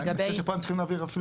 אני מזכיר שפה הם צריכים להעביר אפילו